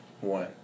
one